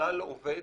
בכלל לא עובד